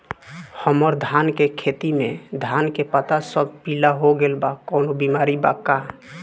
हमर धान के खेती में धान के पता सब पीला हो गेल बा कवनों बिमारी बा का?